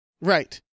Right